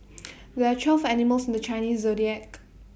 there are twelve animals in the Chinese Zodiac